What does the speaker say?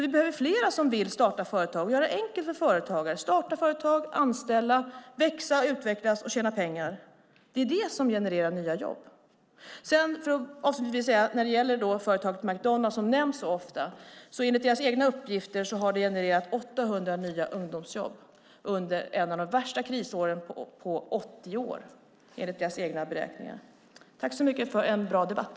Vi behöver fler som vill starta företag. Vi behöver göra det enkelt för företagare och för människor att starta företag, anställa, utvecklas och tjäna pengar. Det är det som genererar nya jobb. Avslutningsvis: När det gäller företaget McDonalds, som nämns så ofta, har detta enligt företagets egna uppgifter och beräkningar genererat 800 nya ungdomsjobb under ett av de värsta krisåren på 80 år. Tack så mycket för en bra debatt!